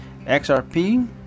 XRP